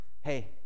hey